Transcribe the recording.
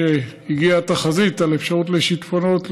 כשהגיעה התחזית על אפשרות לשיטפונות,